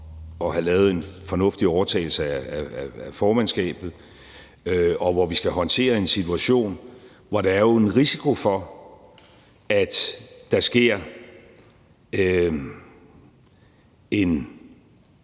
at have lavet en fornuftig overtagelse af formandskabet, og hvor vi skal håndtere en situation, hvor der jo er en risiko for, at der sker en